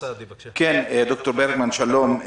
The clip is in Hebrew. ד"ר ברגמן, שלום.